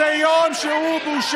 חד-משמעית, זה מה, זה יום שהוא בושה.